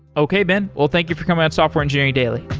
okay ben. well, thank you for coming on software engineering daily.